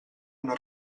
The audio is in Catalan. una